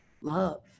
love